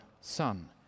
Son